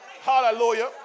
Hallelujah